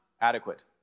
adequate